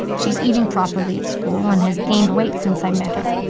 she's eating properly at school and has gained weight since i met her.